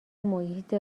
محیط